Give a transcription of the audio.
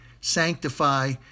sanctify